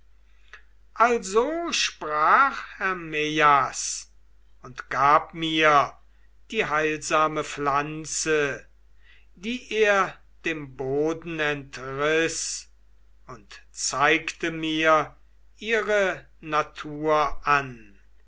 also sprach hermeias und gab mir die heilsame pflanze die er dem boden entriß und zeigte mir ihre natur an